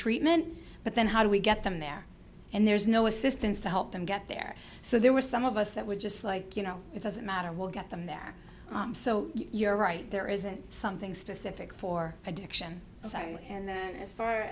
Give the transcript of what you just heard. treatment but then how do we get them there and there's no assistance to help them get there so there were some of us that would just like you know it doesn't matter we'll get them there so you're right there isn't something specific for addiction and then as far